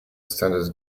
standard